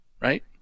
Right